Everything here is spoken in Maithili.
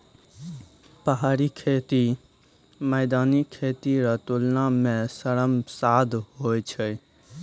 पहाड़ी खेती मैदानी खेती रो तुलना मे श्रम साध होय जाय छै